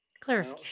Clarify